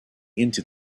into